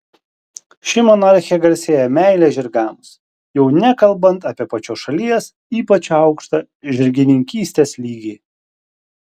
ši monarchė garsėja meile žirgams jau nekalbant apie pačios šalies ypač aukštą žirgininkystės lygį